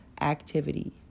activity